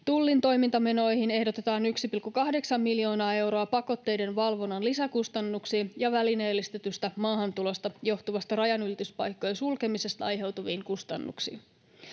Tullin toimintamenoihin ehdotetaan 1,8 miljoonaa euroa pakotteiden valvonnan lisäkustannuksiin ja välineellistetystä maahantulosta johtuvasta rajanylityspaikkojen sulkemisesta aiheutuviin kustannuksiin.